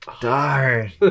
Darn